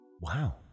Wow